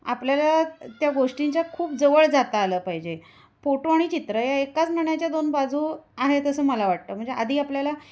आपल्याला त्या गोष्टींच्या खूप जवळ जाता आलं पाहिजे फोटो आणि चित्र या एकाच नाण्याच्या दोन बाजू आहेत असं मला वाटतं म्हणजे आधी आपल्याला